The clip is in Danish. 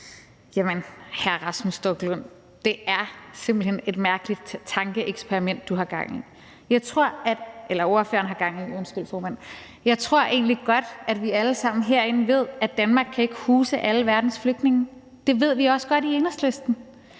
Lund (EL): Jamen det er simpelt hen et mærkeligt tankeeksperiment, ordføreren har gang i. Jeg tror egentlig godt, at vi alle sammen herinde ved, at Danmark ikke kan huse alle verdens flygtninge. Det ved vi også godt i Enhedslisten.